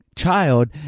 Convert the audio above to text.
child